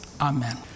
Amen